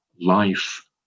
life